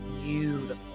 beautiful